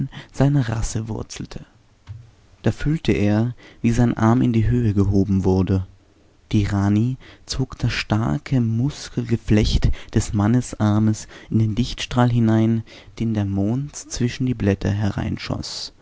seiner rasse wurzelte da fühlte er wie sein arm in die höhe gehoben wurde die rani zog das starke muskelgeflecht des mannesarmes in den lichtstrahl hinein den der mond zwischen die blätter